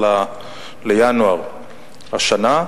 13 בינואר השנה,